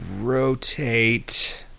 rotate